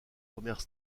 premières